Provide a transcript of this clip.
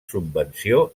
subvenció